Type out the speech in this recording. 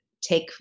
take